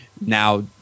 now